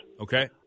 Okay